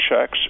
checks